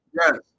yes